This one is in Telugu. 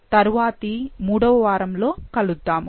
తరువాతి మూడవ వారంలో కలుద్దాము